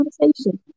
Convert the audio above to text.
conversation